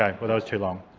like well that was too long.